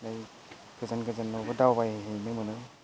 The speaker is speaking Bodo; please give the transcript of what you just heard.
बिदिनो गोजान गोजानावबो दावबायहैनो मोनो